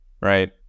right